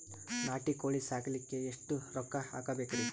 ನಾಟಿ ಕೋಳೀ ಸಾಕಲಿಕ್ಕಿ ಎಷ್ಟ ರೊಕ್ಕ ಹಾಕಬೇಕ್ರಿ?